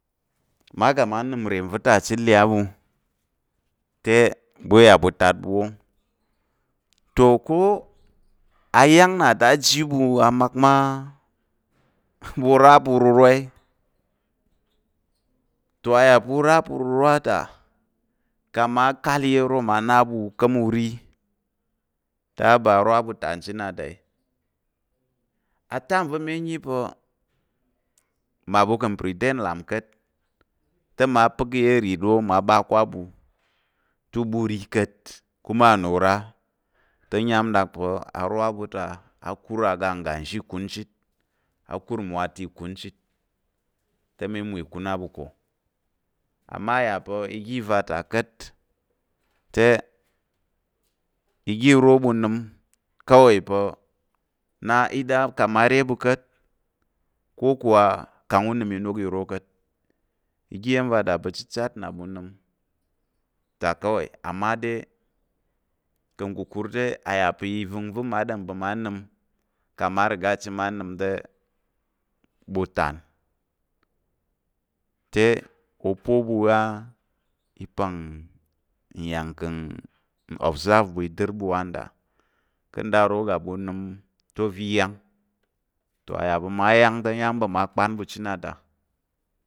Mma ga ma nəm nre va̱ ta chit le á ɓu te ɓu iya ɓu tat ɓu wóng, toh ko á yang nna ta̱ a ji ɓu a mak mma ɓu ra pa̱ uruwra ia, toh ra ra pa̱ ururwa ta kang mma kal iya̱m iro mma nna ɓu u ka̱m u ri te haba arwa ɓu tán chit nna ta ye, atime va̱ mi yi pa̱ mmaɓu ka̱ pretend lap ka̱t, te mma pək iya̱m iro mma ɓa ká̱ á ɓu te u ɓa u ri ka̱t, te mma pək iya̱m iro mma ɓa ká̱ á ɓu te u ɓa u ri ka̱t te nyam ɗak pa̱ arwa ɓu ta a kur aga ngga nzhi ìkun chit, a kur mwo atak ìkun chit te mi mwo ìkun á ɓu ko amma a yà pa̱ oga iva̱ ta ka̱t, te oga iro ɓu nəm kawai na ida kang mma re ɓu ka̱t ko kuwa kang u nəm inok iro ka̱t, oga iya̱m va ta pa̱ chichat ɓu na nəm ta kawai ama de ka̱ kukur te a yà pa̱ i va̱ngva̱ mma ɗom pa̱ mma nəm kang mma rega chit mma nəm te ɓu tán, te opo ɓu a i pang nyà ka̱ observe ɓu dər ɓu wan ta ka̱ nda nro ga ɓu nəm te oza̱ i yang, toh a yà pa̱ mma yang te mma kpan ɓu chit nna ta.